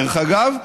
דרך אגב,